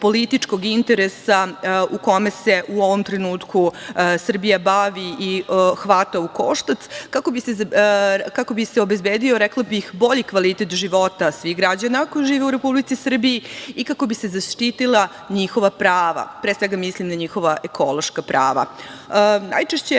političkog interesa u kome se u ovom trenutku Srbija bavi i hvata u koštac kako bi se obezbedio, rekla bih, bolji kvalitet života svih građana koji žive u Republici Srbiji i kako bi se zaštitila njihova prava, pre svega mislim na njihova ekološka prava. Najčešće